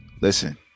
Listen